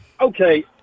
okay